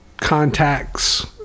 contacts